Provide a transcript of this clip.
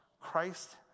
Christ